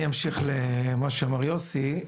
אני אמשיך את מה שאמר יוסי.